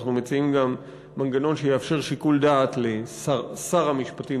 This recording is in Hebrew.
אנחנו מציעים גם מנגנון שיאפשר שיקול דעת לשר המשפטים,